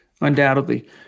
Undoubtedly